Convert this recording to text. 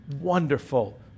wonderful